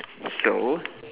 though